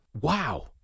Wow